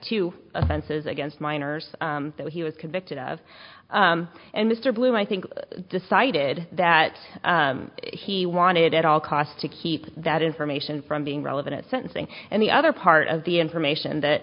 two offenses against minors that he was convicted of and mr bloom i think decided that he wanted at all costs to keep that information from being relevant at sentencing and the other part of the information